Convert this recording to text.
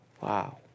Wow